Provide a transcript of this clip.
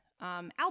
album